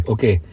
Okay